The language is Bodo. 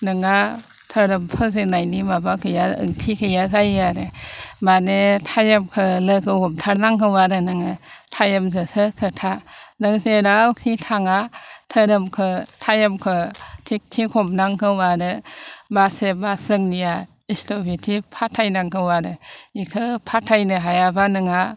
नोंहा धोरोम फुजिनायनि माबा गैया ओंथि गैया जायो आरो मानि टाइमखो लोगो हमथार नांगौ आरो नोङो टाइमजोंसो खोथा नों जेरावखि थाङा धोरोमखो टाइमखौ थिग थिग हमनांगो आरो मासे मास जोंनिया इसटबिदि बिदि फाथाय नांगौ आरो बेखौ फाथायनो हायाब्ला नोंहा